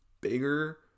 bigger